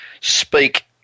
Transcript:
speak